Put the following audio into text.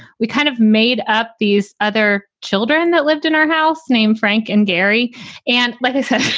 we kind of made up these other children that lived in our house named frank and gary and like i said,